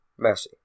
Messi